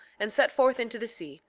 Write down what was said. and set forth into the sea,